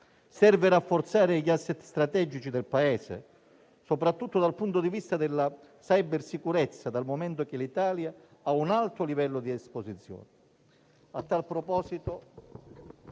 Serve rafforzare gli *asset* strategici del Paese soprattutto dal punto di vista della cybersicurezza dal momento che l'Italia ha un alto livello di esposizione.